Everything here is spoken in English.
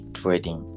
trading